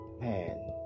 man